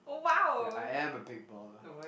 yeah I am a big baller